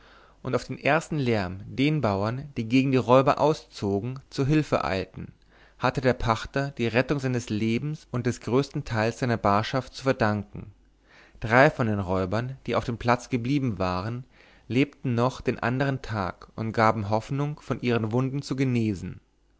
und auf den ersten lärm den bauern die gegen die räuber auszogen zu hülfe eilte hatte der pachter die rettung seines lebens und des größten teils seiner barschaft zu verdanken drei von den räubern die auf dem platz geblieben waren lebten noch den andern tag und gaben hoffnung von ihren wunden zu genesen